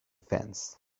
fence